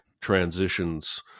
transitions